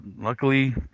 luckily